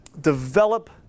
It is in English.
develop